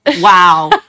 Wow